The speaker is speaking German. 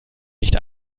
nicht